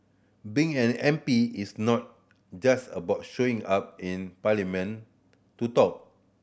being an M P is not just about showing up in parliament to talk